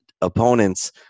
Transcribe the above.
opponents